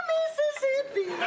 Mississippi